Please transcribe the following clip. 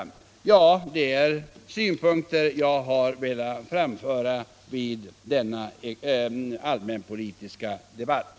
Detta var de synpunkter jag ville framföra i den allmänpolitiska debatten.